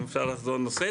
אם אפשר לחזור לנושא,